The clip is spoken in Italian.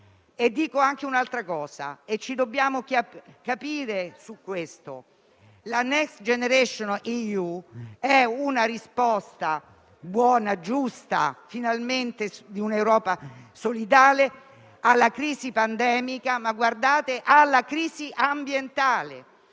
Dico anche un'altra cosa, e ci dobbiamo capire su questo: la Next generation EU è una risposta buona, giusta, finalmente di un'Europa solidale, alla crisi pandemica, ma anche - lo sottolineo,